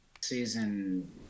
season